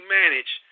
manage